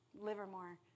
Livermore